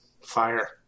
fire